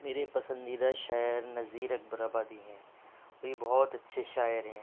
میرے پسندیدہ شاعر نظیر اکبر آبادی ہیں وہ ایک بہت اچھے شاعر ہیں